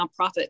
nonprofit